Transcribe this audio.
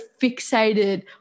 fixated